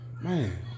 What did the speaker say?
Man